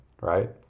right